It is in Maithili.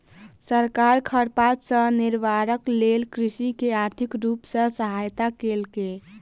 सरकार खरपात सॅ निवारणक लेल कृषक के आर्थिक रूप सॅ सहायता केलक